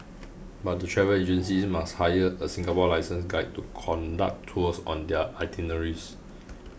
but the travel agencies must hire a Singapore licensed guide to conduct tours on their itineraries